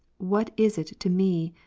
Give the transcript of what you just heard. what is it to me,